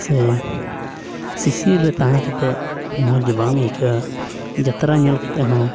ᱥᱮ ᱥᱤᱥᱤᱨ ᱨᱮ ᱛᱟᱦᱮᱸ ᱠᱟᱛᱮᱫ ᱢᱚᱡᱽ ᱫᱚ ᱵᱟᱝ ᱟᱹᱭᱠᱟᱹᱜᱼᱟ ᱡᱟᱛᱛᱨᱟ ᱧᱮᱞ ᱠᱟᱛᱮᱫ ᱦᱚᱸ